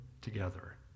together